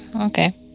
Okay